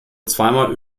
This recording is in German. zweimal